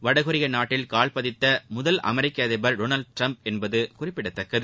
வடகொரிய நாட்டில் கால் பதித்த முதல் அமெரிக்க அதிபர் டொனால்ட் ட்ரம்ப் என்பது குறிப்பிடத்தக்கது